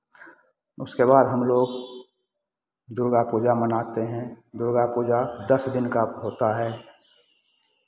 उसके बाद हमलोग दुर्गा पूजा मनाते हैं दुर्गा पूजा दस दिन का होता है